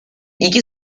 iki